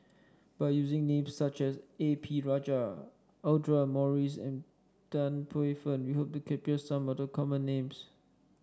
by using names such as A P Rajah Audra Morrice and Tan Paey Fern we hope to capture some of the common names